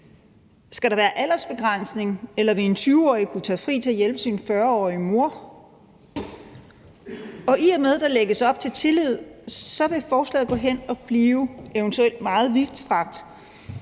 Skal der være en aldersbegrænsning, eller vil en 20-årig kunne tage fri til at hjælpe sin 40-årige mor? Og i og med at der lægges op til tillid, vil forslaget eventuelt gå hen og blive meget vidtstrakt,